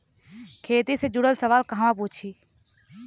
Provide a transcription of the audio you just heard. खेती से जुड़ल सवाल कहवा पूछी?